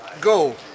Go